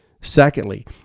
Secondly